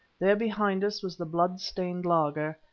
there behind us was the blood-stained laager,